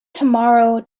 tomorrow